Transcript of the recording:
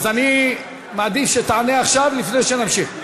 אז אני מעדיף שתענה עכשיו, לפני שנמשיך.